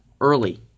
early